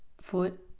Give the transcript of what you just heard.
foot